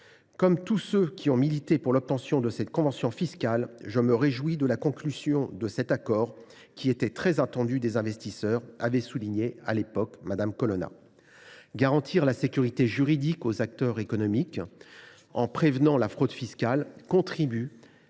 Comme tous ceux qui ont milité pour la signature de cette convention fiscale, je me réjouis de la conclusion de cet accord, qui était très attendu des investisseurs, comme l’avait alors souligné Mme Colonna. Garantir la sécurité juridique aux acteurs économiques en prévenant la fraude fiscale constitue